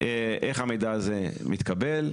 איך המידע הזה מתקבל,